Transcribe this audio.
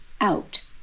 out